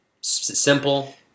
Simple